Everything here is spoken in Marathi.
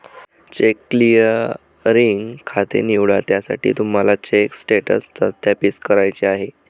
चेक क्लिअरिंग खाते निवडा ज्यासाठी तुम्हाला चेक स्टेटस सत्यापित करायचे आहे